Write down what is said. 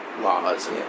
laws